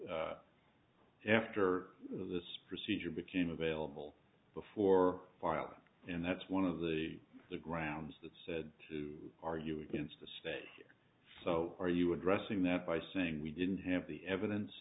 after this procedure became available before filing and that's one of the the grounds that said to argue against the state so are you addressing that by saying we didn't have the evidence